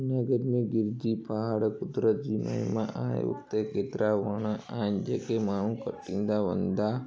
जूनागढ़ में गिर जी पहाड़ कुदरत जी महिमा आहे हुते केतिरा वण आहिनि जेके माण्हू कटंदा वेंदा